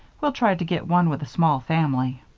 we'll try to get one with a small family.